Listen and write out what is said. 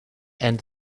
and